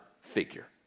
figure